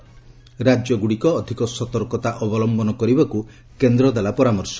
ରାଜ୍ୟଗୁଡ଼ିକ ଅଧିକ ସତର୍କତା ଅବଲମ୍ଘନ କରିବାକୁ କେନ୍ଦ୍ର ଦେଲା ପରାମର୍ଶ